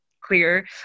clear